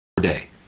day